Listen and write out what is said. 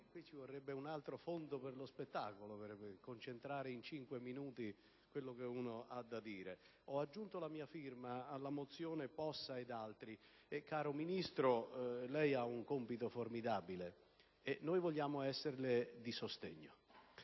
Qui ci vorrebbe un altro Fondo per lo spettacolo per concentrare in cinque minuti quello che uno ha da dire! Ho aggiunto la mia firma alla mozione presentata dal senatore Possa ed altri e, caro Ministro, lei ha un compito formidabile e noi vogliamo esserle di sostegno.